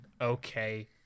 Okay